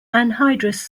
anhydrous